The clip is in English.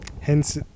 Hence